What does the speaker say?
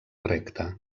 recte